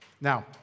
Now